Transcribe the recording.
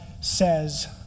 says